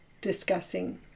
discussing